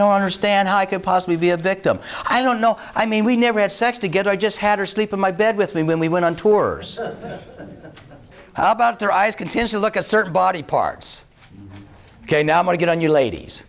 don't understand how i could possibly be a victim i don't know i mean we never had sex together i just had her sleep in my bed with me when we went on tours how about their eyes continue to look a certain body parts ok now i get on you ladies